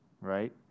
right